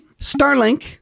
Starlink